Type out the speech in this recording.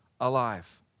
alive